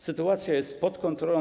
Sytuacja jest pod kontrolą.